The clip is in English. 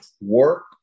work